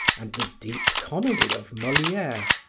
and the deep comedy of moliere,